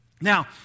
Now